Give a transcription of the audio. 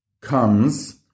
comes